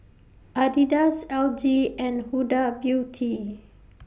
Adidas L G and Huda Beauty